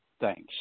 Thanks